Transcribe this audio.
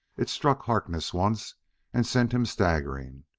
it struck harkness once and sent him staggering,